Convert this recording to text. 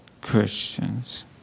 Christians